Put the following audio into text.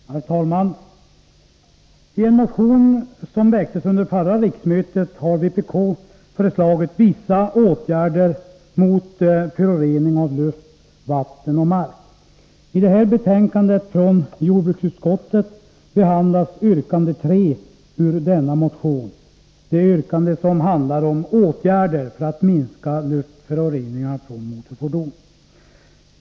Herr talman! I en motion som väcktes under förra riksmötet har vpk föreslagit vissa åtgärder mot förorening av luft, vatten och mark. I det här betänkandet från jordbruksutskottet behandlas yrkande 3 i denna motion, det yrkande som handlar om åtgärder för att minska luftföroreningarna från motorfordon.